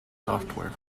software